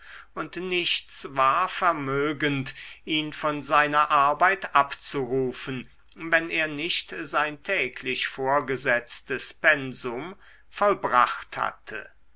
und nichts war vermögend ihn von seiner arbeit abzurufen wenn er nicht sein täglich vorgesetztes pensum vollbracht hatte